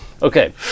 Okay